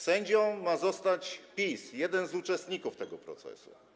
Sędzią ma zostać PiS, jeden z uczestników tego procesu.